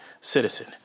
citizen